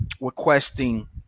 requesting